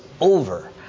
over